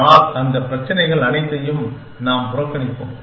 ஆனால் அந்த பிரச்சினைகள் அனைத்தையும் நாம் புறக்கணிப்போம்